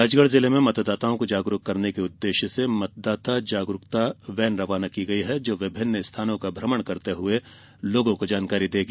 राजगढ़ जिले में मतदाताओं को जागरूक करने के उद्देश्य से मतदाता जागरूकता वेन रवाना की गई है जो विभिन्न स्थानों का भ्रमण करते हुए लोगों को जानकारी देगी